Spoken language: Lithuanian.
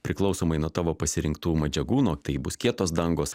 priklausomai nuo tavo pasirinktų medžiagų nu tai bus kietos dangos